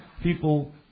people